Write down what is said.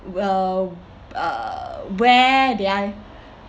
w~ uh uh where did I